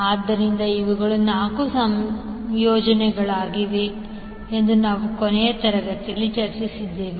ಆದ್ದರಿಂದ ಇವುಗಳು 4 ಸಂಯೋಜನೆಗಳಾಗಿವೆ ಎಂದು ನಾವು ಕೊನೆಯ ತರಗತಿಯಲ್ಲಿ ಚರ್ಚಿಸಿದ್ದೇವೆ